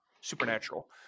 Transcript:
Supernatural